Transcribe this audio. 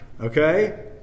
Okay